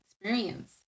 experience